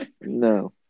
no